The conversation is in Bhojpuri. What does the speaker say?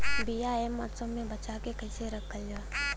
बीया ए मौसम में बचा के कइसे रखल जा?